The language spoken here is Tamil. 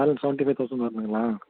பேலன்ஸ் செவன்டி ஃபைவ் தெளசண்ட் வரணுங்களா